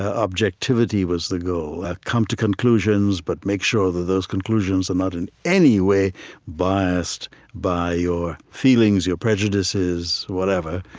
ah objectivity was the goal. come to conclusions, but make sure that those conclusions are not in any way biased by your feelings, your prejudices, whatever.